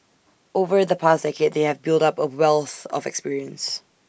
over the past decade they have built up A wealth of experience